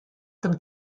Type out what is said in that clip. dem